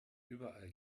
überall